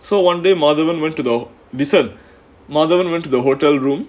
so one day madhavan went to the listen madhavan went to the hotel room